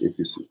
APC